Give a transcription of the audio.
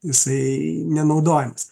jisai nenaudojamas